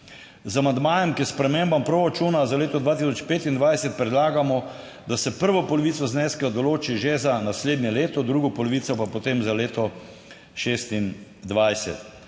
Z amandmajem k spremembam proračuna za leto 2025 predlagamo, da se prvo polovico zneska določi že za naslednje leto, drugo polovico pa potem za leto 2026.